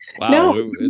No